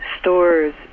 stores